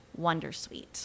Wondersuite